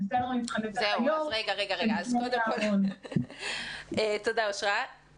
תודה, אושרה.